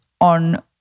on